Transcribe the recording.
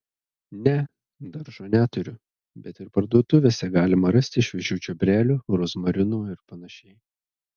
ne daržo neturiu bet ir parduotuvėse galima rasti šviežių čiobrelių rozmarinų ir panašiai